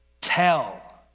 tell